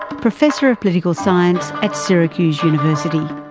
professor of political science at syracuse university.